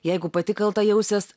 jeigu pati kalta jausies